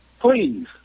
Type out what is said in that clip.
please